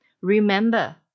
Remember